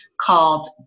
called